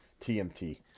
TMT